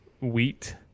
wheat